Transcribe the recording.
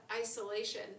isolation